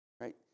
right